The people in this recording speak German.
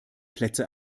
plätze